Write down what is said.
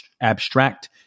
abstract